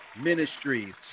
Ministries